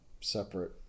separate